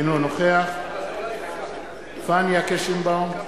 אינו נוכח פניה קירשנבאום,